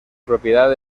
propiedad